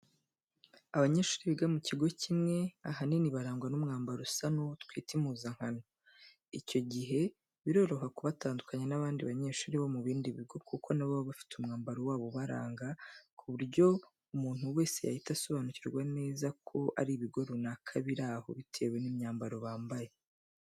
Abanyeshuri biga mu kigo kimwe, ahanini barangwa n'umwambaro usa ari wo twita impuzankano, icyo gihe biroroha ku batandukanya n'abandi banyeshuri bo mu bindi bigo kuko na bo baba bafite umwambaro wabo ubaranga ku buryo umuntu wese yahita asobanukirwa neza ko ari ibigo runaka biri aho bitewe n'imyambaro bambaye.